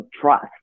trust